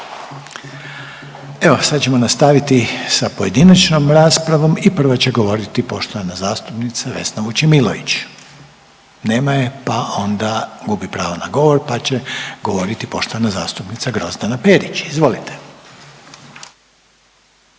Evo sad ćemo nastaviti sa pojedinačnom raspravom i prva će govoriti poštovana zastupnica Vesna Vučemilović. Nema je pa onda gubi pravo na govor pa će govoriti poštovana zastupnica Grozdana Perić, izvolite.